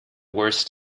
worst